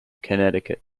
connecticut